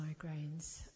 migraines